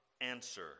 answer